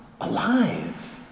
alive